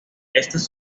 éstas